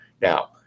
Now